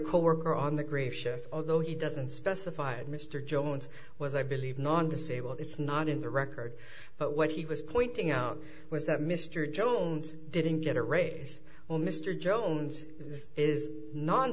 coworker on the great shift although he doesn't specify and mr jones was i believe non disabled it's not in the record but what he was pointing out was that mr jones didn't get a raise when mr jones is non